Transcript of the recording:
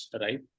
right